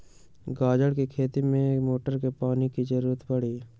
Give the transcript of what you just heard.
गाजर के खेती में का मोटर के पानी के ज़रूरत परी?